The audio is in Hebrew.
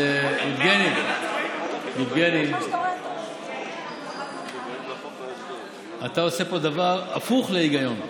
יבגני, אתה עושה פה דבר הפוך מההיגיון.